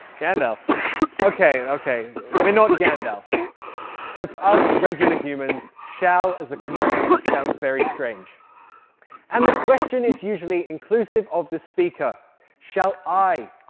okay okay. we're not gandalf so for us regular humans shall as a command sounds very strange and the question is usually inclusive of the speaker shall i?